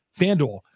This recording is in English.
FanDuel